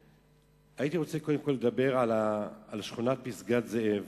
הייתי רוצה קודם כול לדבר על שכונת פסגת-זאב,